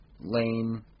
Lane